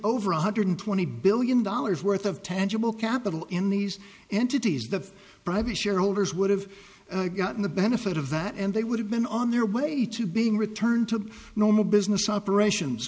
over one hundred twenty billion dollars worth of tangible capital in these entities the private shareholders would have gotten the benefit of that and they would have been on their way to being return to normal business operations